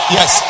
Yes